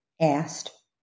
asked